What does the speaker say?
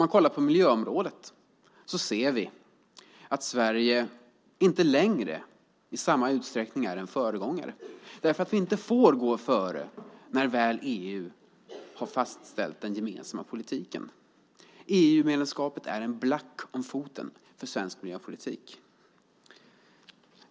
På miljöområdet ser vi att Sverige inte längre i samma utsträckning är en föregångare, därför att vi inte får gå före när EU väl har fastställt den gemensamma politiken. EU-medlemskapet är en black om foten för svensk miljöpolitik.